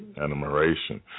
admiration